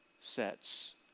sets